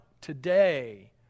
today